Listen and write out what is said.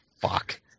fuck